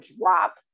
drop